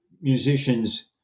musicians